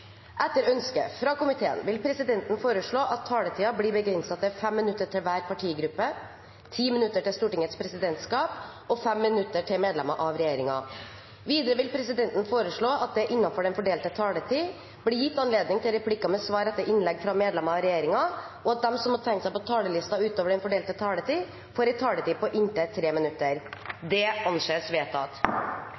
Etter ønske fra finanskomiteen vil presidenten foreslå at taletiden blir begrenset til 5 minutter til hver partigruppe, 10 minutter til Stortingets presidentskap og 5 minutter til medlemmer av regjeringen. Videre vil presidenten foreslå at det – innenfor den fordelte taletid – blir gitt anledning til replikker med svar etter innlegg fra medlemmer av regjeringen, og at de som måtte tegne seg på talerlisten utover den fordelte taletid, får en taletid på inntil 3 minutter.